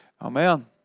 Amen